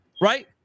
right